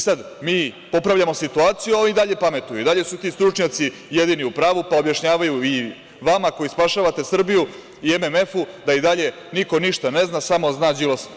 Sada mi popravljamo situaciju, a ovi i dalje pametuju i dalje su ti stručnjaci jedini u pravu pa objašnjavaju i vama koji spašavate Srbiju i MMF da i dalje niko ništa ne zna, samo zna Đilas.